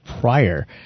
prior